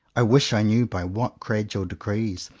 i wish i knew by what gradual degrees,